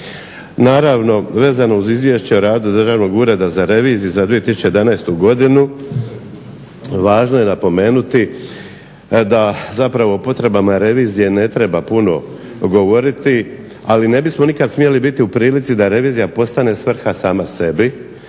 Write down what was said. naravno vezano uz Izvješće Državnog ureda za reviziju za 2011. godinu važno je napomenuti da zapravo potrebama revizije ne treba puno govoriti ali ne bismo nikada smjeli biti u prilici da revizija postane svrha sama sebi,